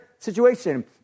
situation